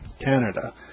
Canada